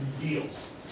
Deals